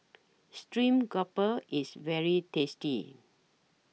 Stream Grouper IS very tasty